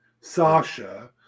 Sasha